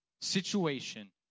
situation